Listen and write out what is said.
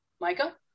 Micah